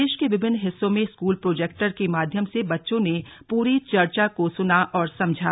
प्रदेश के विभिन्न हिस्सों में स्कूल में प्रोजेक्टर के माध्यम से बच्चों ने पूरी चर्चा को सुना और समझा